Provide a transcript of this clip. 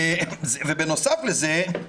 בנוסף לזה,